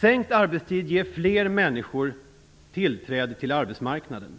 Sänkt arbetstid ger fler människor tillträde till arbetsmarknaden.